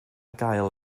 gael